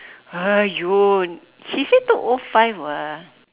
!aiyo! she say two O five [what]